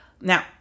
Now